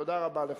תודה רבה לך.